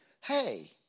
Hey